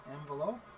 envelope